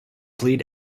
plead